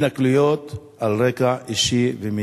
התנכלויות על רקע אישי ומיני,